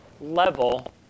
level